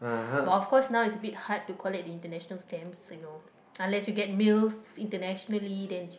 but of course now its a bit hard to collect the international stamps you know unless you get mails internationally then